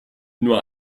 nur